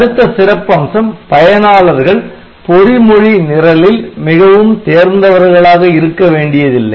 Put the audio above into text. அடுத்த சிறப்பு அம்சம் பயனாளர்கள் பொறி மொழி நிரலில் மிகவும் தேர்ந்தவர்களாக இருக்க வேண்டியதில்லை